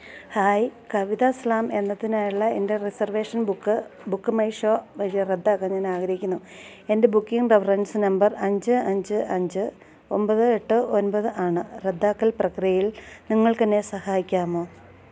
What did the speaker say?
hi Kavitha slam എന്നതിനായുള്ള എൻ്റെ reservation book book my show വഴി റദ്ദാക്കാൻ ഞാൻ ആഗ്രഹിക്കുന്നു എൻ്റെ ബുക്കിംഗ് റെഫറൻസ് നമ്പർ അഞ്ച് അഞ്ച് അഞ്ച് ഒൻപത് എട്ട് ഒൻപത് ആണ് റദ്ദാക്കൽ പ്രക്രിയയിൽ നിങ്ങൾക്ക് എന്നെ സഹായിക്കാമോ